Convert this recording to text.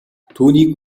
түүнийг